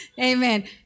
Amen